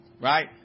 right